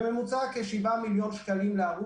בממוצע כ-7 מיליון שקלים להרוג.